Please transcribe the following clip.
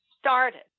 started